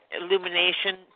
illumination